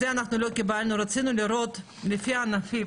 את זה אנחנו לא קיבלנו, רצינו לראות לפי ענפים.